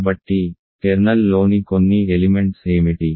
కాబట్టి కెర్నల్లోని కొన్ని ఎలిమెంట్స్ ఏమిటి